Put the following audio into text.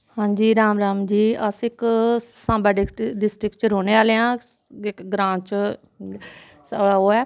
हां जी राम राम जी अस इक सांबा डिस्कट च रौह्ने आह्ले आं इक ग्रांऽ च साढ़ै ओह् ऐ